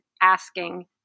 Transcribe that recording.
asking